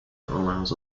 allows